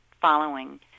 following